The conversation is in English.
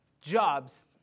jobs